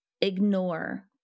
ignore